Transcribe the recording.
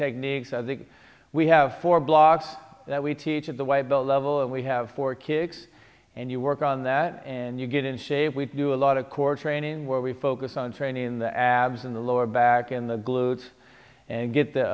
techniques i think we have four blocks that we teach at the white belt level and we have for kicks and you work on that and you get in shape we do a lot of core training where we focus on training in the abs in the lower back in the glutes and get